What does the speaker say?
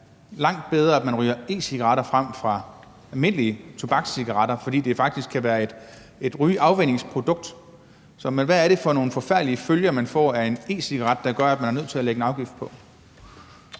det er langt bedre, at man ryger e-cigaretter frem for almindelige cigaretter med tobak, fordi de faktisk kan være et rygeafvænningsprodukt. Men hvad er det for nogle forfærdelig følger, man får af en e-cigaret, der gør, at man er nødt til at lægge en afgift på?